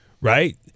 right